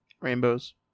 Rainbows